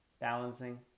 Balancing